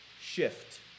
shift